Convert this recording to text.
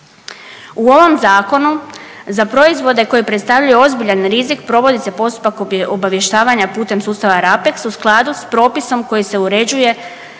U ovom Zakonu za proizvode koji predstavljaju ozbiljan rizik, provodi se postupak obavještavanja putem sustava RAPEX u skladu s propisom koji se uređuje